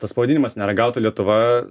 tas spaudimas neragauta lietuva